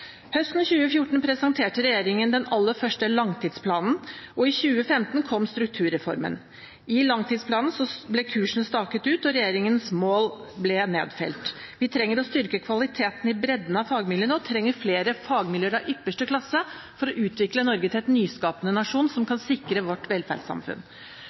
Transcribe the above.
Høsten 2014 presenterte regjeringen den aller første langtidsplanen, og i 2015 kom strukturreformen. I langtidsplanen ble kursen staket ut, og regjeringens mål ble nedfelt. Vi trenger å styrke kvaliteten i bredden av våre fagmiljøer, og vi trenger flere fagmiljøer av ypperste klasse for å utvikle Norge til en nyskapende nasjon som kan sikre vårt velferdssamfunn.